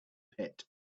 pit